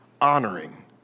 honoring